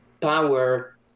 power